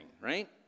right